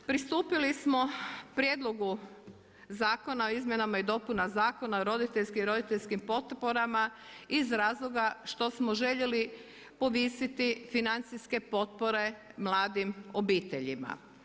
Pristupili smo prijedlogu Zakona o izmjenama i dopunama Zakona o rodiljnim i roditeljskim potporama iz razloga što željeli povisiti financijske potpore mladim obiteljima.